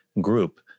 group